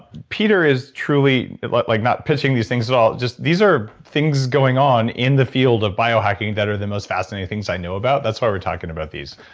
peter is truly. like like not pitching these things at all. just these are things going on in the field of bio-hacking that are the most fascinating things i know about. that's why we're talking about these.